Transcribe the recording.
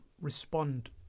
respond